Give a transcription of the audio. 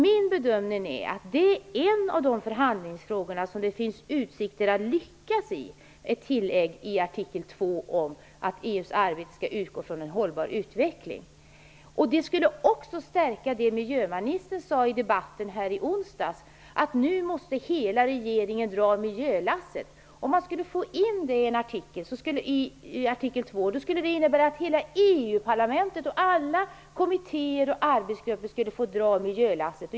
Min bedömning är att det är en av de förhandlingsfrågor som det finns utsikter att lyckas i, med ett tillägg i artikel 2 om att EU:s arbete skall utgå från en hållbar utveckling. Det skulle också stärka det miljöministern sade i debatten här i onsdags, att hela regeringen nu måste dra miljölasset. Om man skulle få in det i artikel 2 skulle det innebära att hela EU-parlamentet, alla kommittéer och arbetsgrupper skulle få dra miljölasset.